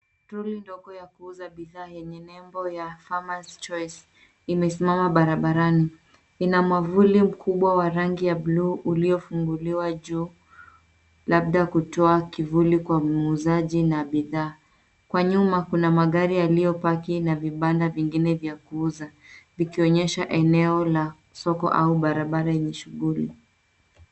Trolley ndogo ya kuuza bidhaa yenye nembo ya Farmers Choice imesimama barabarani, ina mwavuli mkubwa wa rangi ya buluu uliyofunguliwa juu labda kutoa kivuli kwa muuzaji na bidhaa. Kwa nyuma kuna magari yaliyopaki na vibanda vingine vya kuuza vikionyesha eneo la soko au barabara yenye shughuli.